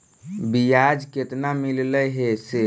बियाज केतना मिललय से?